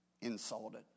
insulted